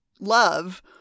love